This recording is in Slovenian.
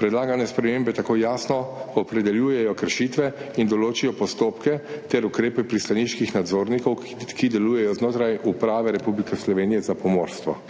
Predlagane spremembe tako jasno opredeljujejo kršitve in določijo postopke ter ukrepe pristaniških nadzornikov, ki delujejo znotraj Uprave Republike Slovenije za pomorstvo.